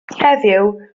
heddiw